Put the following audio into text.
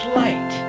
light